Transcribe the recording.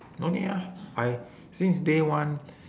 no need ah I since day one